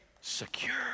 Secure